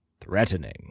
threatening